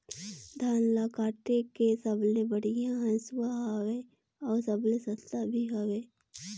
धान ल काटे के सबले बढ़िया हंसुवा हवये? अउ सबले सस्ता भी हवे?